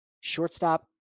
Shortstop